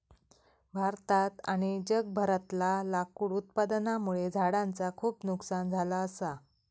भारतात आणि जगभरातला लाकूड उत्पादनामुळे झाडांचा खूप नुकसान झाला असा